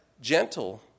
gentle